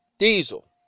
Diesel